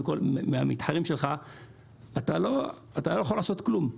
מהמתחרים שלך אז אתה לא יכול לעשות כלום.